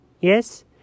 yes